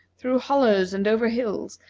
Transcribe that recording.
through hollows and over hills,